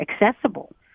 accessible